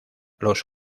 los